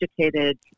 educated